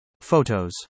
Photos